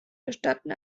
gestatten